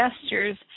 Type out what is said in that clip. gestures